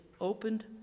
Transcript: opened